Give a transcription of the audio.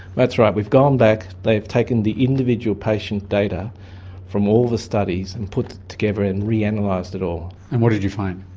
that's right we've gone back, they've taken the individual patient data from all the studies, and put them together and reanalysed it all. and what did you find?